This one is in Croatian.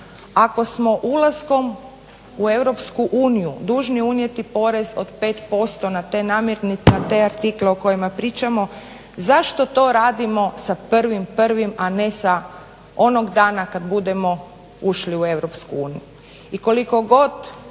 Ako smo ulaskom u EU dužni unijeti porez od 5% na te artikle o kojima pričamo zašto to radimo sa 1.1. a ne sa onog dana kad budemo ušli u EU.